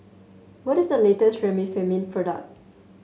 what is the latest Remifemin product